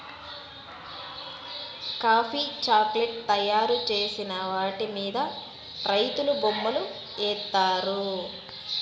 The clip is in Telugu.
కాఫీ చాక్లేట్ తయారు చేసిన వాటి మీద రైతులు బొమ్మలు ఏత్తారు